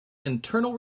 internal